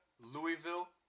Louisville